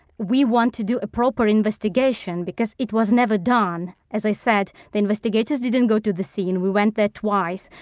we want to do a proper investigation because it was never done. as i said, the investigators didn't go to the scene. we went there twice.